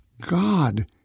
God